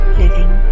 living